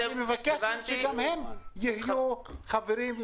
אני מבקש שגם הם יהיו חברים,